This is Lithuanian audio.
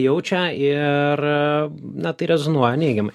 jaučia ir na tai rezonuoja neigiamai